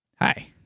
Hi